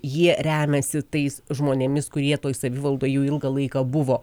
į jie remiasi tais žmonėmis kurie tuoj savivaldoj jau ilgą laiką buvo